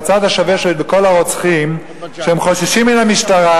והצד השווה שיש בכל הרוצחים שהם חוששים מן המשטרה,